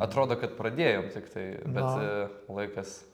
atrodo kad pradėjom tiktai bet laikas